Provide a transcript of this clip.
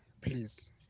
Please